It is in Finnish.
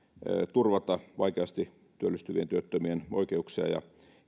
turvata vaikeasti työllistyvien työttömien oikeuksia ja